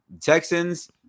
Texans